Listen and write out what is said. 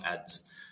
ads